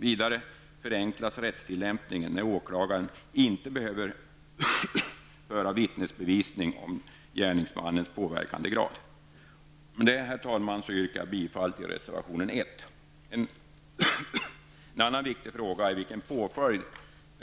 Vidare förenklas rättstillämpningen när åklagaren inte behöver föra vittnesbevisning om gärningsmannens påverkansgrad. Med detta, herr talman, yrkar jag bifall till reservation 1. En annan viktig fråga är vilken påföljd